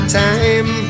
time